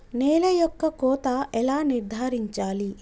నేల యొక్క కోత ఎలా నిర్ధారించాలి?